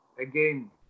again